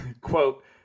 quote